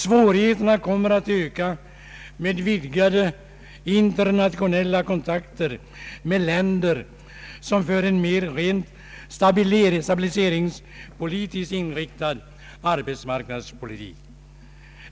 Svårigheterna kommer att öka med vidgade internationella kontakter med länder som för en mer rent stabiliseringspolitiskt inriktad arbetsmarknadspolitik.